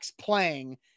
playing